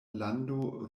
lando